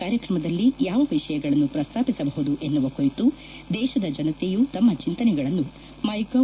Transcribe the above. ಕಾರ್ಯಕ್ರಮದಲ್ಲಿ ಯಾವ ವಿಷಯಗಳನ್ನು ಪ್ರಸ್ತಾಪಿಸಬಹುದು ಎನ್ನುವ ಕುರಿತು ದೇಶದ ಜನತೆಯೂ ತಮ್ಮ ಚಿಂತನೆಗಳನ್ನು ಮೈಗೌ